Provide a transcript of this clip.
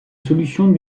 solutions